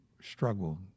struggle